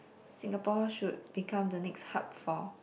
Singapore should become the next hub for